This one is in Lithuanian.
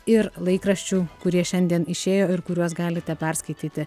ir laikraščių kurie šiandien išėjo ir kuriuos galite perskaityti